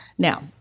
Now